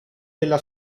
della